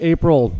April